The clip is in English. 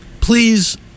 please